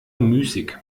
müßig